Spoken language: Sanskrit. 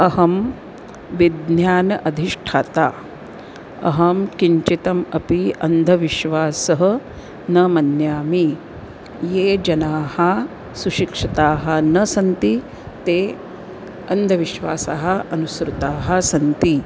अहं विज्ञान अधिष्ठाता अहं किञ्चिद् अपि अन्धविश्वासः न मन्ये ये जनाः सुशिक्षिताः न सन्ति ते अन्धविश्वासम् अनुसृताः सन्ति